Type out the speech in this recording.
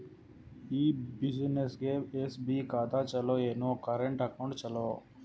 ಈ ಬ್ಯುಸಿನೆಸ್ಗೆ ಎಸ್.ಬಿ ಖಾತ ಚಲೋ ಏನು, ಕರೆಂಟ್ ಅಕೌಂಟ್ ಚಲೋ?